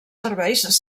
serveis